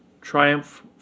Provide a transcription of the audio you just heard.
triumph